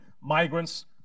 migrants